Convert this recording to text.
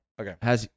Okay